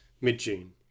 Mid-June